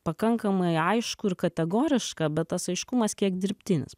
pakankamai aišku ir kategoriška bet tas aiškumas kiek dirbtinis